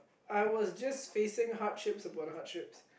I was just facing hardships upon hardships